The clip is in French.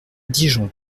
dijon